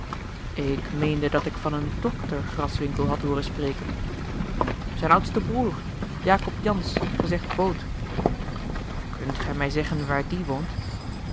ik meende dat ik van een dokter graswinckel had hooren spreken zijn oudsten broeder jacob jansz gezegd boot kunt gij mij zeggen waar die woont